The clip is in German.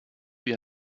wie